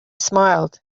smiled